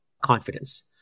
confidence